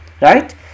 Right